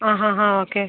ആ ഹാ ഹാ ഓക്കേ